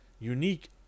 unique